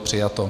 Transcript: Přijato.